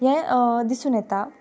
हें दिसून येता